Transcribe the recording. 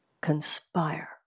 conspire